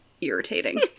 irritating